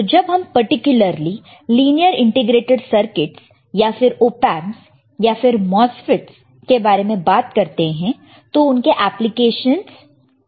तो जब हम पर्टिकुलरली लिनियर इंटीग्रेटेड सर्किटस या फिर ऑपएंपस या फिर MOSFET's के बारे में बात करते हैं तो उनके एप्लीकेशंस किया है